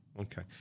Okay